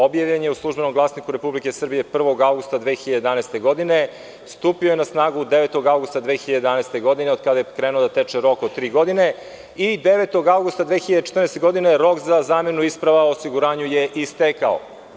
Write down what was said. Objavljen je u Službenom glasniku Republike Srbije 1. avgusta 2011. godine, stupio je na snagu 9. avgusta 2011. godine od kada je krenuo da teče rok od tri godine i 9. avgusta 2014. godine je rok za zamenu isprava o osiguranju je istekao.